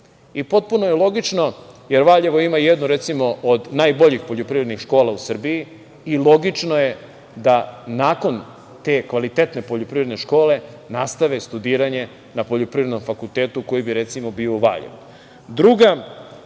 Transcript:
Potpuno je logično, jer Valjevo ima jednu, recimo, od najboljih poljoprivrednih škola u Srbiji i logično je da nakon te kvalitetne poljoprivredne škole nastave studiranje na poljoprivrednom fakultetu, koji bi, recimo, bio u Valjevu.